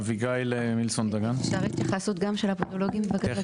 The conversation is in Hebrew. אביגל מילסון-דגן, בבקשה.